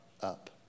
up